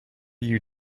you